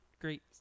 great